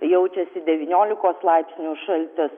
jaučiasi devyniolikos laipsnių šaltis